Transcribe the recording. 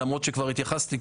למרות שכבר התייחסתי,